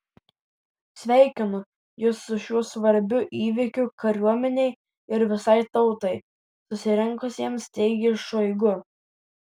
sveikinu jus su šiuo svarbiu įvykiu kariuomenei ir visai tautai susirinkusiems teigė šoigu